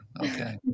Okay